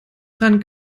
dran